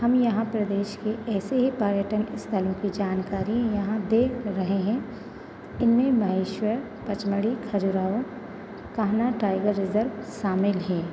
हम यहाँ प्रदेश के ऐसे ही पर्यटन स्थलों की जानकारी यहाँ दे रहे हैं इनमें महेश्वर पचमढ़ी खजुराओ कान्हा टाइगर रिज़र्व शामिल हैं